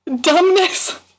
Dumbness